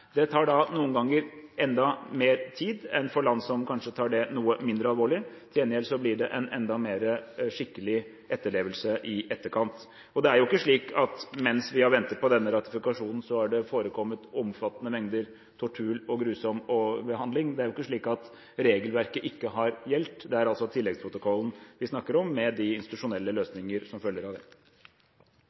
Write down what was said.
Det tar noen ganger enda mer tid enn for land som kanskje tar det noe mindre alvorlig. Til gjengjeld blir det en skikkelig etterlevelse i etterkant. Det er jo ikke slik at mens vi har ventet på denne ratifikasjonen, har det forekommet omfattende mengder tortur og grusom behandling. Det er ikke slik at regelverket ikke har gjeldt. Det er altså tilleggsprotokollen vi snakker om, med de institusjonelle løsninger som følger av det.